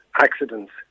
accidents